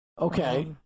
Okay